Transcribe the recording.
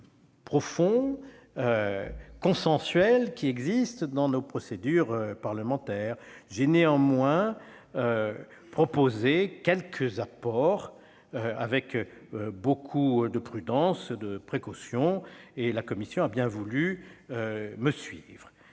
profonds et consensuels qui existent dans nos procédures parlementaires. J'ai néanmoins proposé quelques apports avec beaucoup de prudence et de précaution. La commission a bien voulu me suivre.